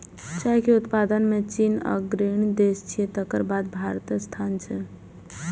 चाय के उत्पादन मे चीन अग्रणी देश छियै, तकर बाद भारतक स्थान छै